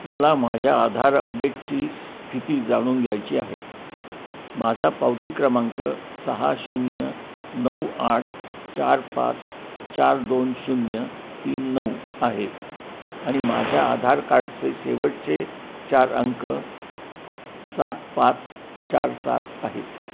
मला माझ्या आधार अपडेटची स्थिती जाणून घ्यायची आहे माझा पावती क्रमांक सहा शून्य नऊ आठ चार पाच चार दोन शून्य तीन नऊ आहे आणि माझ्या आधार कार्डचे शेवटचे चार अंक सात पाच चार सात आहेत